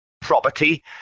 property